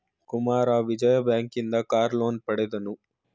Kumara Vijaya bank ಇಂದ car loan ಪಡೆದನು